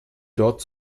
dort